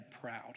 proud